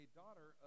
daughter